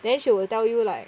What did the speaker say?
then she will tell you like